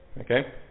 Okay